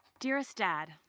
dearest dad,